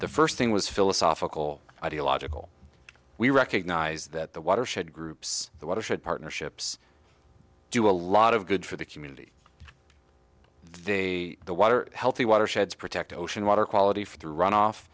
the first thing was philosophical ideological we recognize that the watershed groups the watershed partnerships do a lot of good for the community they the water healthy watersheds protect ocean water quality for the runoff